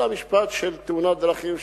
אלא משפט של תאונת דרכים,